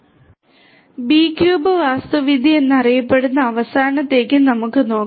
B cube വാസ്തുവിദ്യ എന്നറിയപ്പെടുന്ന അവസാനത്തേത് നമുക്ക് നോക്കാം